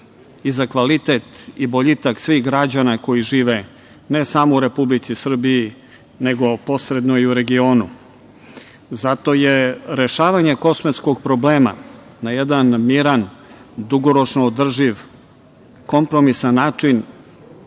i za kvalitet i za boljitak svih građana koji žive ne samo u Republici Srbiji nego i posebno u regionu. Zato je rešavanje Kosmetskog problema na jedan miran dugoročno održiv kompromisan način